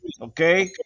Okay